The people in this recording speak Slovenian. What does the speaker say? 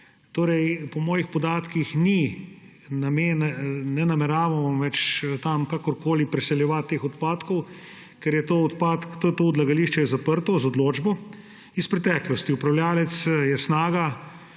nadzore. Po mojih podatkih ne nameravamo več tam kakorkoli preseljevati teh odpadkov, ker to odlagališče je zaprto z odločbo iz preteklosti. Upravljavec je Snaga,